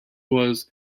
was